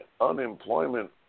unemployment